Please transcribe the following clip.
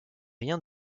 rien